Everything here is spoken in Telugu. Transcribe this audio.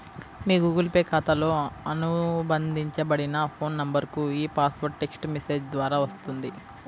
మీ గూగుల్ పే ఖాతాతో అనుబంధించబడిన ఫోన్ నంబర్కు ఈ పాస్వర్డ్ టెక్ట్స్ మెసేజ్ ద్వారా వస్తుంది